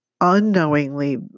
unknowingly